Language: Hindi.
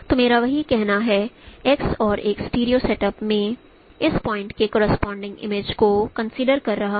तो मेरा वही कहना है X और एक स्टीरियो सेटअप में मैं इस पॉइंट् के करोसपोंडिंग इमेजेस को कंसीडर कर रहा हूं